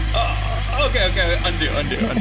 oh! okay. okay. undo. undo. and